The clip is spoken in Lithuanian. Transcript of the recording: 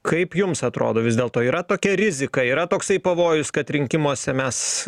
kaip jums atrodo vis dėlto yra tokia rizika yra toksai pavojus kad rinkimuose mes